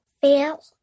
fail